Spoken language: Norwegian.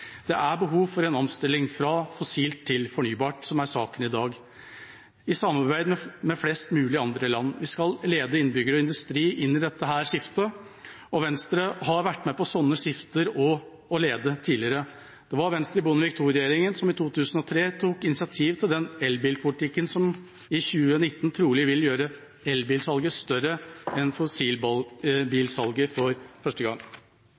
Det er behovet for en omstilling, fra fossilt til fornybart, som er saken i dag – i samarbeid med flest mulig andre land. Vi skal lede innbyggere og industri inn i dette skiftet. Venstre har vært med på slike skifter og ledet an tidligere. Det var Venstre i Bondevik II-regjeringa som i 2003 tok initiativet til den elbilpolitikken som i 2019 trolig vil gjøre elbilsalget større enn fossilbilsalget for første gang.